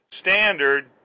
standard